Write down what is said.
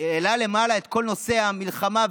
העלה למעלה את כל נושא המלחמה,